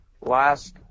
last